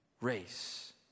race